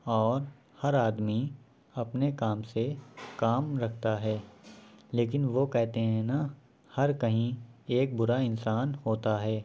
اور ہر آدمی اپنے کام سے کام رکھتا ہے لیکن وہ کہتے ہیں نا ہر کہیں ایک برا انسان ہوتا ہے